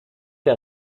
der